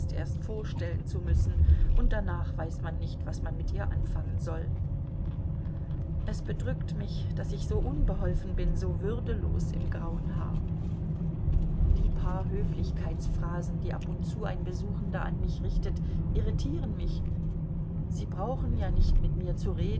erst vorstellen zu müssen und darnach weiß man nicht was man mit ihr anfangen soll es bedrückt mich daß ich so unbeholfen bin so würdelos im grauen haar die paar höflichkeitsphrasen die ab und zu ein besuchender an mich richtet irritieren mich sie brauchen ja nicht mit mir zu reden